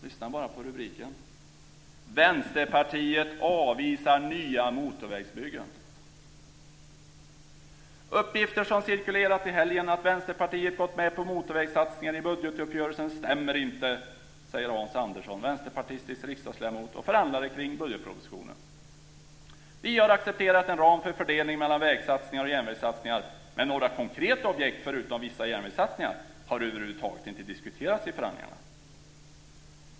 Lyssna bara på rubriken: 'Uppgifter som cirkulerat i helgen att vänsterpartiet gått med på motorvägssatsningar i budgetuppgörelsen stämmer inte', säger Hans Andersson, vänsterpartistisk riksdagsledamot och förhandlare kring budgetpropositionen. 'Vi har accepterat en ram för fördelning mellan vägsatsningar och järnvägssatsningar, men några konkreta objekt förutom vissa järnvägssatsningar har överhuvudtaget inte diskuterats i förhandlingarna.'